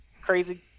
crazy